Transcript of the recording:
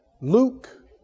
Luke